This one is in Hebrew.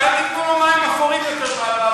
ואל תיתנו לו מים אפורים יותר בסיורים,